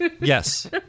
yes